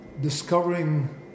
discovering